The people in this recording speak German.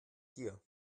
dir